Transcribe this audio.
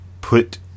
put